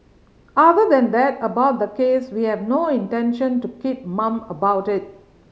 other than that about the case we have no intention to keep mum about it